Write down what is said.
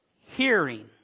hearing